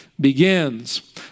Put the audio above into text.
begins